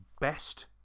best